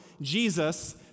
Jesus